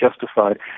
justified